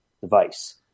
device